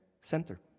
center